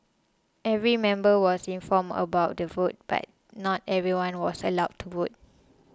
every member was informed about the vote but not everyone was allowed to vote